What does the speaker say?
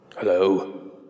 Hello